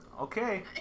Okay